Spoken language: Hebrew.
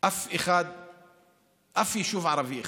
אף יישוב ערבי אחד.